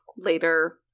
later